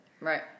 Right